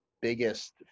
biggest